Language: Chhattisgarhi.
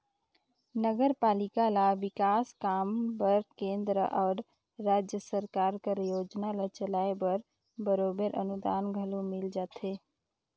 नगरपालिका ल बिकास काम बर केंद्र अउ राएज सरकार कर योजना ल चलाए बर बरोबेर अनुदान घलो मिल जाथे